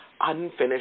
unfinished